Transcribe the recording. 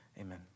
amen